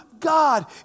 God